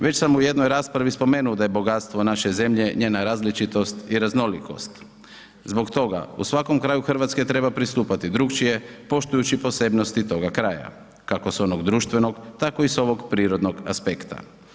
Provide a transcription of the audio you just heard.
Već sam u jednoj raspravi spomenuo da je bogatstvo naše zemlje njena različitost i raznolikost, zbog toga u svakom kraju Hrvatske treba pristupati drukčije poštujući posebnosti toga kraja, kako s onog društvenog tako i sa ovog prirodnog aspekta.